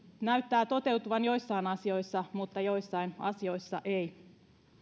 näyttää toteutuvan joissain asioissa mutta joissain asioissa ei